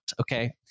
Okay